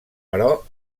però